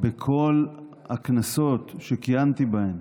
בכל הכנסות שכיהנתי בהן